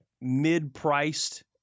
mid-priced